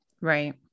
Right